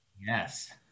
Yes